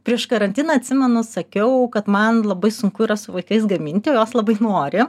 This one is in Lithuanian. prieš karantiną atsimenu sakiau kad man labai sunku yra su vaikais gaminti o jos labai nori